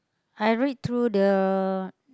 I read through the